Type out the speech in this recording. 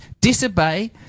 disobey